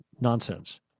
nonsense